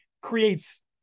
creates